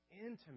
intimate